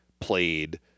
played